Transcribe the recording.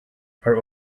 are